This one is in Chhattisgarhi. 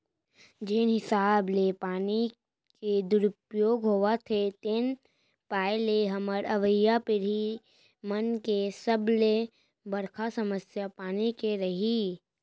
जेन हिसाब ले पानी के दुरउपयोग होवत हे तेन पाय ले हमर अवईया पीड़ही मन के सबले बड़का समस्या पानी के रइही